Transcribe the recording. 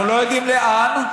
אנחנו לא יודעים לאן,